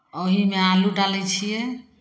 ओहीमे आलू डालै छियै